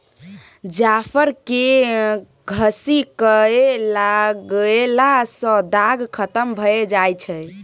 जाफर केँ घसि कय लगएला सँ दाग खतम भए जाई छै